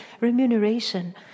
remuneration